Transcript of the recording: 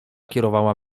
kierowała